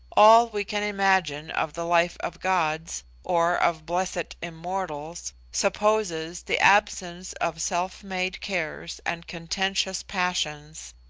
all we can imagine of the life of gods, or of blessed immortals, supposes the absence of self-made cares and contentious passions,